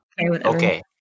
Okay